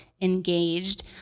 engaged